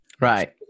Right